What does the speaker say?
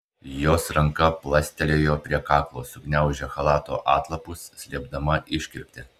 jos ranka plastelėjo prie kaklo sugniaužė chalato atlapus slėpdama iškirptę